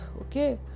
okay